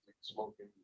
smoking